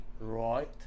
Right